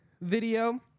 video